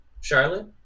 Charlotte